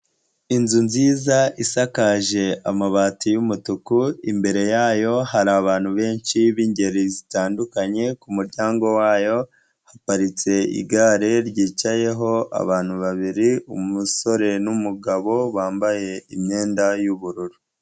Inzu nziza isakaje amabati y'umutuku, imbere yayo hari abantu benshi b'ingeri zitandukanye, ku muryango wayo haparitse igare ryicayeho abantu babiri, umusore n'umugabo, bambaye imyenda y'ubururu.